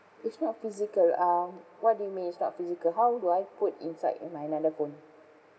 it's not physical um what do you mean it's not physical how do I put inside my another phone